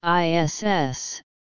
ISS